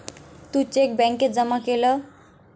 तू check बॅन्केत जमा केलं?